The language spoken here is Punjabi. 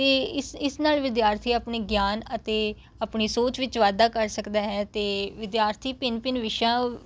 ਅਤੇ ਇਸ ਇਸ ਨਾਲ ਵਿਦਿਆਰਥੀ ਆਪਣੇ ਗਿਆਨ ਅਤੇ ਆਪਣੀ ਸੋਚ ਵਿੱਚ ਵਾਧਾ ਕਰ ਸਕਦਾ ਹੈ ਅਤੇ ਵਿਦਿਆਰਥੀ ਭਿੰਨ ਭਿੰਨ ਵਿਸ਼ਿਆਂ